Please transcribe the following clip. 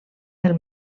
del